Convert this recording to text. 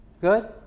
Good